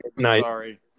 Sorry